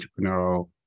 entrepreneurial